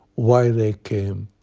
why they came,